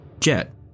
Jet